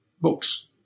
books